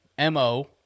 MO